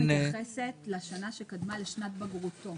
מתייחסת לשנה שקדמה לשנת בגרותו,